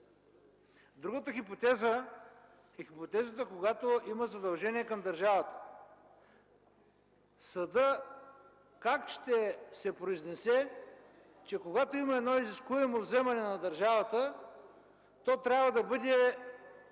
Другата хипотеза е, когато има задължения към държавата. Как ще се произнесе съдът, че когато има едно изискуемо вземане на държавата, то трябва да бъде